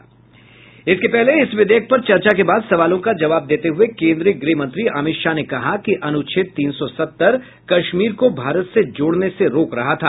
इसके पहले इस विधेयक पर चर्चा के बाद सवालों का जवाब देते हुए केन्द्रीय गृह मंत्री अमित शाह ने कहा कि अनुच्छेद तीन सौ सत्तर कश्मीर को भारत से जोड़ने से रोक रहा था